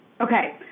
Okay